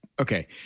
Okay